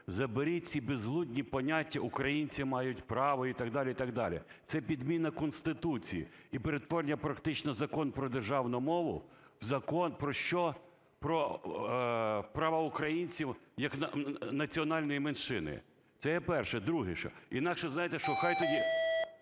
заберіть ці безглузді поняття "українці мають право" і так далі, і так далі. Це – підміна Конституції і перетворення практично Закон про державну мову в закон про що? Про права українців як національної меншини. Це є перше. Друге ще. Інакше, знаєте, що? Хай тоді…20